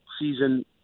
season